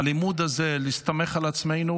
הלימוד הזה להסתמך על עצמנו,